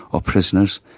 of prisoners,